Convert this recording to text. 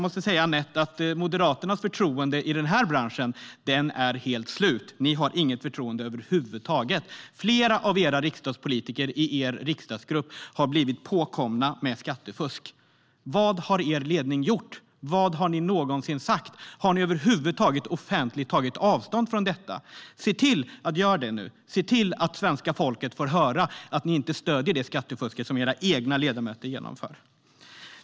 Men förtroendet för Moderaterna i denna bransch är helt slut, Anette Åkesson. Ni åtnjuter inget förtroende över huvud taget. Flera av era riksdagspolitiker i er riksdagsgrupp har blivit påkomna med skattefusk. Vad har er ledning gjort? Har ni någonsin sagt något om detta? Har ni alls tagit avstånd från detta offentligt? Se till att göra det nu! Se till att svenska folket får höra att ni inte stöder det skattefusk som era egna ledamöter genomför!